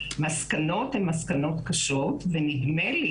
המסקנות הן מסקנות קשות, ונדמה לי